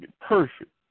perfect